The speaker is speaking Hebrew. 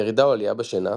ירידה\עלייה בשינה,